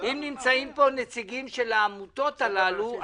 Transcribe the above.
אם נמצאים פה נציגים של העמותות הללו,